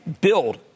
build